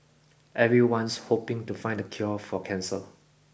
everyone's hoping to find the cure for cancer